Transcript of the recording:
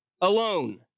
alone